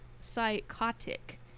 psychotic